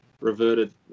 reverted